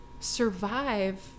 survive